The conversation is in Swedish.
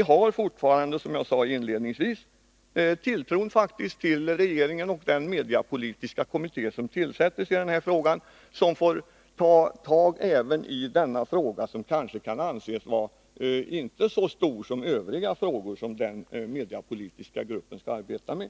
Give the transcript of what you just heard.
har faktiskt fortfarande, som jag sade inledningsvis, tilltro till regeringen och den mediepolitiska kommittén, som får ta tag även i denna fråga, vilken väl inte kan anses vara så stor som övriga frågor som den gruppen skall arbeta med.